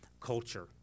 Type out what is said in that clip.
culture